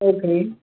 okay